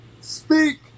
speak